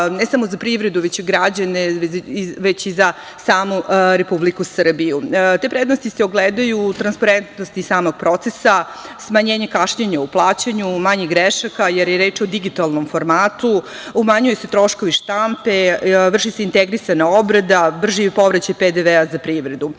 ne samo za privredu nego i za građane, već i za samu Republiku Srbiju. Te prednosti se ogledaju u transparentnosti samog procesa, smanjenja kašnjenja u plaćanju, manje grešaka, jer je reč o digitalnom formatu, umanjuju se troškovi štampe, vrši se integrisana obrada, brži je povraćaj PDV za privredu,